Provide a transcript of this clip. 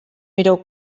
mireu